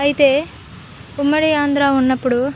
అయితే ఉమ్మడి ఆంధ్ర ఉన్నప్పుడు